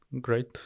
great